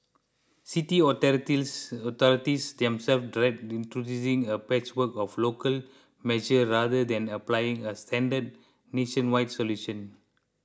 city authorities themselves dread introducing a patchwork of local measures rather than applying a standard nationwide solution